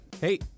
Hey